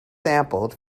sampled